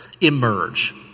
emerge